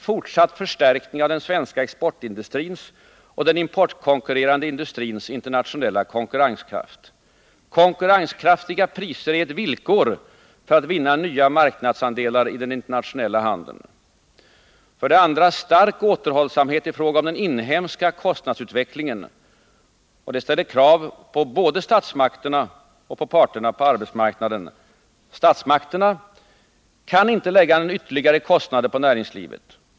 Fortsatt förstärkning av den svenska exportindustrins och den importkonkurrerande industrins internationella konkurrenskraft. Konkurrenskraftiga priser är ett villkor för att vi skall vinna nya marknadsandelar i den internationella handeln. 2. Stark återhållsamhet i fråga om den inhemska kostnadsutvecklingen. Detta ställer krav både på statsmakterna och på parterna på arbetsmarknaden: Statsmakterna kan inte lägga ytterligare kostnader på näringslivet.